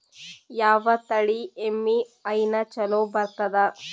ಯಾವ ತಳಿ ಎಮ್ಮಿ ಹೈನ ಚಲೋ ಬರ್ತದ?